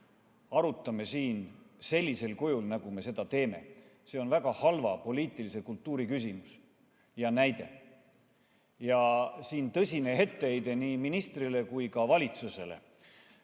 arutame siin sellisel kujul, nagu me seda teeme. See on väga halva poliitilise kultuuri küsimus ja näide. Siin on tõsine etteheide nii ministrile kui ka valitsusele. President,